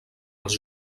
als